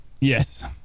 Yes